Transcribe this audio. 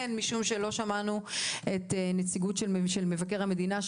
הן משום שלא שמענו את נציגי משרד מבקר המדינה,